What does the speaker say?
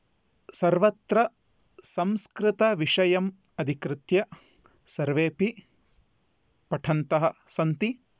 सर्वत्र संस्कृतविषयम् अधिकृत्य सर्वेऽपि पठन्तः सन्ति